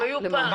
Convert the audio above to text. הם היו פעם.